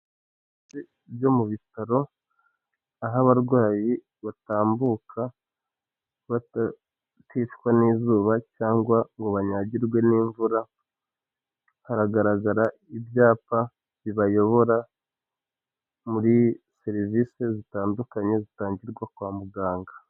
Ibice byo mu bitaro aho abarwayi batambuka baticwa n'izuba cyangwa ngo banyagirwe n'imvura, haragaragara ibyapa bibayobora muri serivisi zitandukanye zitangirwa kwa muganga.